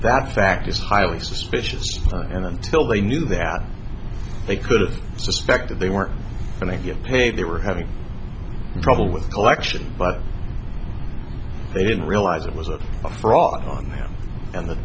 that fact is highly suspicious and until they knew that they could have suspected they weren't going to get paid they were having trouble with collection but they didn't realize it was a fraud on them and the